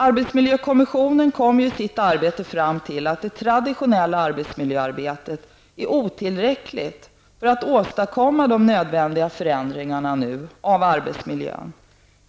Arbetsmiljökommissionen kom i sitt arbete fram till att det traditionella arbetsmiljöarbetet är otillräckligt för att åstadkomma nödvändiga förändringar i arbetsmiljön.